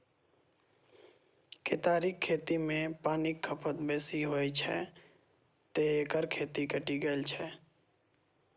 केतारीक खेती मे पानिक खपत बेसी होइ छै, तें एकर खेती घटि गेल छै